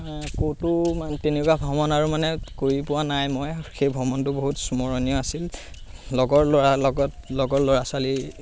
ক'তো তেনেকুৱা ভ্ৰমণ আৰু মানে কৰি পোৱা নাই মই সেই ভ্ৰমণটো বহুত স্মৰণীয় আছিল লগৰ ল'ৰা লগত লগৰ ল'ৰা ছোৱালী